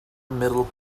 middle